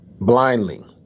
blindly